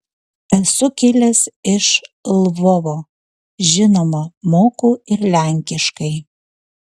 esu kilęs iš lvovo žinoma moku ir lenkiškai